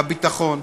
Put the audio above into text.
בביטחון,